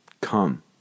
come